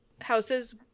houses